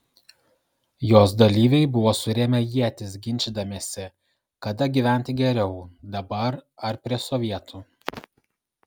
jos dalyviai buvo surėmę ietis ginčydamiesi kada gyventi geriau dabar ar prie sovietų